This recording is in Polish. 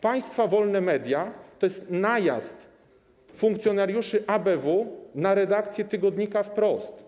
Państwa wolne media to jest najazd funkcjonariuszy ABW na redakcję tygodnika „Wprost”